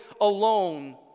alone